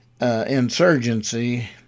insurgency